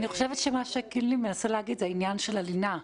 אני חושבת שמה שקינלי מנסה להגיד זה העניין של הלינה.